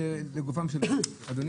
לגופם שם דברים, אדוני